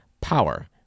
Power